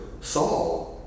Saul